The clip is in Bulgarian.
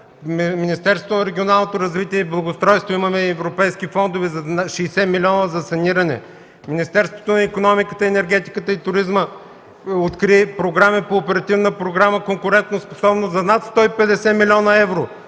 Министерството на регионалното развитие и благоустройството: имаме европейски фондове – 60 милиона за саниране! Министерството на икономиката, енергетиката и туризма откри програми по Оперативна програма „Конкурентоспособност” за над 150 млн. евро!